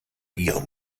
ihrem